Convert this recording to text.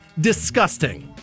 disgusting